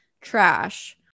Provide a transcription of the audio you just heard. trash